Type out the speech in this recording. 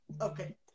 okay